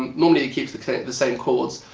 um normally, he keeps the the same chords.